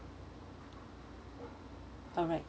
alright